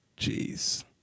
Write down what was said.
Jeez